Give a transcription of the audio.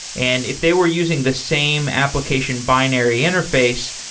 and if they were using the same application binary interface,